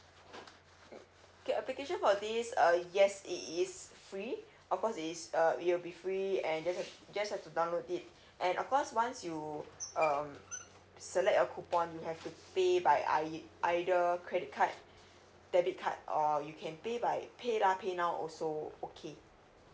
okay application for this uh yes it is free of course it is uh it will be free and just have just have to download it and of course once you um select a coupon you have to pay by I either credit card debit card or you can pay by pay lah pay now also okay